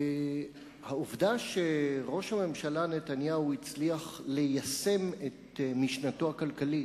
העובדה שראש הממשלה נתניהו הצליח ליישם את משנתו הכלכלית,